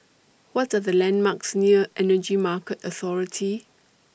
What Are The landmarks near Energy Market Authority